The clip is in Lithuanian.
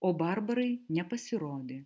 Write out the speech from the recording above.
o barbarai nepasirodė